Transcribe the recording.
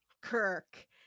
Kirk